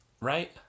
Right